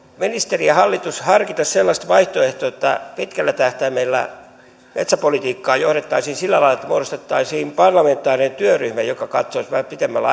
ministeri ja hallitus harkita sellaista vaihtoehtoa että pitkällä tähtäimellä metsäpolitiikkaa johdettaisiin sillä lailla että muodostettaisiin parlamentaarinen työryhmä joka katsoisi vähän pitemmällä